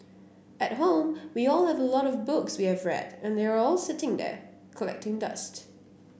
at home we all have a lot of books we have read and they are all sitting there collecting dust